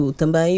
também